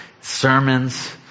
sermons